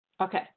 Okay